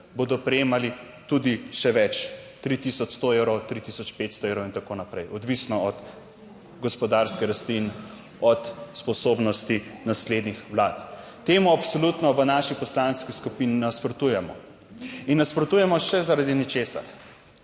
bodo prejemali tudi še več, 3 tisoč 100 evrov, 3 tisoč 500 evrov in tako naprej, odvisno od gospodarske rasti in od sposobnosti naslednjih Vlad. Temu absolutno v naši poslanski skupini nasprotujemo. In nasprotujemo še zaradi ničesar.